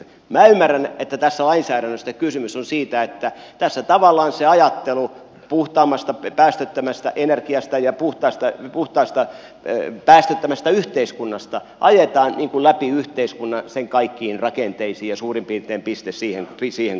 minä ymmärrän että tässä lainsäädännössä kysymys on siitä että tässä tavallaan se ajattelu puhtaammasta päästöttömästä energiasta ja puhtaasta päästöttömästä yhteiskunnasta ajetaan läpi yhteiskunnan sen kaikkiin rakenteisiin ja suurin piirtein piste siihen kohtaan